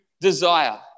desire